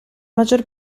maggior